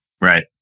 Right